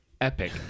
epic